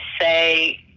say